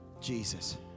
Jesus